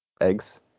eggs